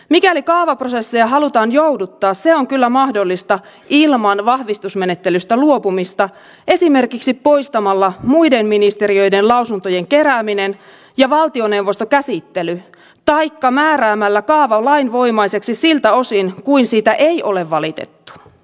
mikäli kaavaprosesseja halutaan jouduttaa se on kyllä mahdollista ilman vahvistusmenettelystä luopumista esimerkiksi poistamalla muiden ministeriöiden lausuntojen kerääminen ja valtioneuvostokäsittely taikka määräämällä kaava lainvoimaiseksi siltä osin kuin siitä ei ole valitettu